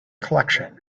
collection